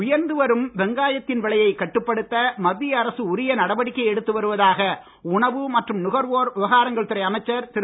உயர்ந்து வரும் வெங்காயத்தின் விலையைக் கட்டுப்படுத்த மத்திய அரசு உரிய நடவடிக்கை எடுத்து வருவதாக உணவு மற்றும் நுகர்வோர் விவகாரத் துறை அமைச்சர் திரு